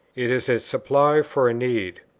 it is a supply for a need,